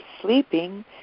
sleeping